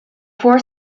four